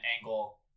angle